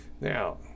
Now